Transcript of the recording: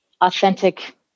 authentic